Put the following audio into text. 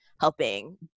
helping